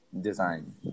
design